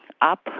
up